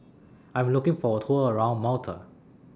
I Am looking For A Tour around Malta